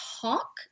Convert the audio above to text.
talk